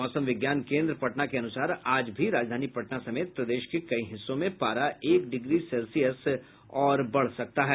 मौसम विज्ञान केन्द्र पटना के अनुसार आज भी राजधानी पटना समेत प्रदेश के कई हिस्सों में पारा एक डिग्री सेल्सियस ओर बढ़ सकता है